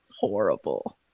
Horrible